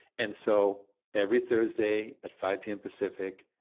and so every thursday at five pm pacific,